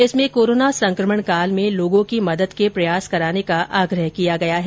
इसमे कोरोना संक्रमण काल में लोगों की मदद के प्रयास कराने का आग्रह किया गया है